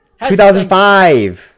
2005